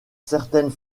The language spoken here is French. certaines